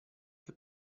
che